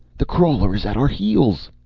the crawler is at our heels!